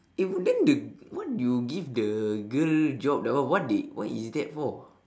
eh then the what you give the girl job that one what they what is that for